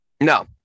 no